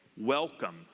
welcome